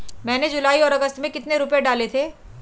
मैंने जुलाई और अगस्त में कितने रुपये डाले थे?